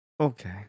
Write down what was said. Okay